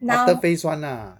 after phase one ah